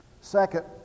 Second